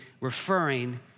referring